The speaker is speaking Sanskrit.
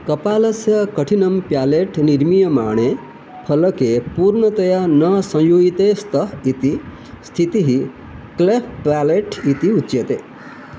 कपालस्य कठिनं प्यालेट् निर्मीयमाणे फलके पूर्णतया न संयुयिते स्तः इति स्थितिः क्लेफ् पेलेट् इति उच्यते